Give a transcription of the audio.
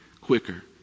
quicker